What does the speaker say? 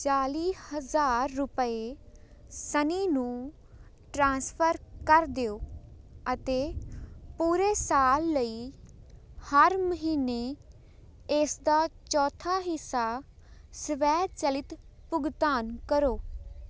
ਚਾਲੀ ਹਜ਼ਾਰ ਰੁਪਏ ਸਨੀ ਨੂੰ ਟ੍ਰਾਂਸਫਰ ਕਰ ਦਿਓ ਅਤੇ ਪੂਰੇ ਸਾਲ ਲਈ ਹਰ ਮਹੀਨੇ ਇਸਦਾ ਚੌਥਾ ਹਿੱਸਾ ਸਵੈਚਲਿਤ ਭੁਗਤਾਨ ਕਰੋ